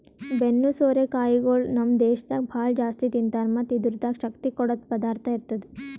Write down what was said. ಬೆನ್ನು ಸೋರೆ ಕಾಯಿಗೊಳ್ ನಮ್ ದೇಶದಾಗ್ ಭಾಳ ಜಾಸ್ತಿ ತಿಂತಾರ್ ಮತ್ತ್ ಇದುರ್ದಾಗ್ ಶಕ್ತಿ ಕೊಡದ್ ಪದಾರ್ಥ ಇರ್ತದ